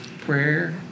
Prayer